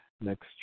next